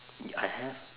I have